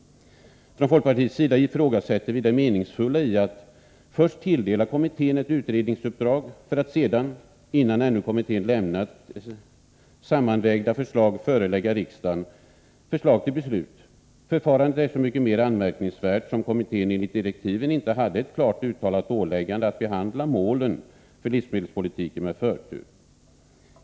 Från folkpartiets sida ifrågasätter vi det meningsfulla i att först tilldela kommittén ett utredningsuppdrag, för att sedan — innan kommittén ännu lämnat något sammanvägt förslag — förelägga riksdagen förslag till beslut. Förfarandet är så mycket mer anmärkningsvärt som kommittén enligt direktiven inte hade ett klart uttalat åläggande att behandla målen för livsmedelspolitiken med förtur.